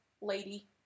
lady